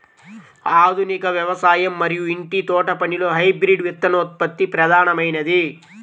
ఆధునిక వ్యవసాయం మరియు ఇంటి తోటపనిలో హైబ్రిడ్ విత్తనోత్పత్తి ప్రధానమైనది